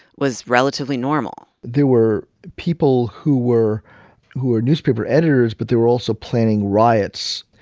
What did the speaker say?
was relatively normal. there were people who were who were newspaper editors but there were also planning riots.